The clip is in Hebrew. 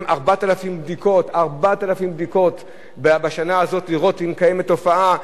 4,000 בדיקות בשנה הזאת לראות אם קיימת תופעה,